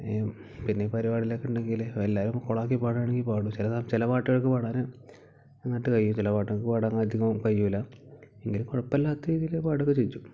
ഈ പിന്നെ പരുപാടിയിലൊക്കെയുണ്ടെങ്കിൽ അതെല്ലാവരും കുളമാക്കി പാടുകയാണെങ്കിൽ പാടും ചില പാട്ടുകൾക്ക് പാടാൻ നന്നായിട്ട് കഴിയും ചില പാട്ടുകൾക്ക് പാടാൻ നമുക്ക് കഴിയില്ല എങ്കിൽ കുഴപ്പമില്ലാത്ത രീതിയിൽ പാടുകയൊക്കെ ചെയ്യിക്കും